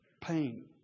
pain